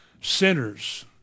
sinners